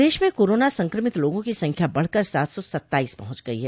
प्रदेश में कोरोना संक्रमित लोगों की संख्या बढ़ कर सात सौ सत्ताईस पहुंच गई है